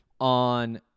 on